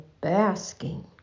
basking